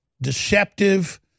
deceptive